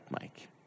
Mike